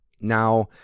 Now